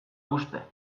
uste